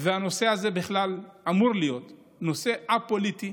והנושא הזה בכלל אמור להיות נושא א-פוליטי.